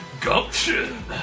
Gumption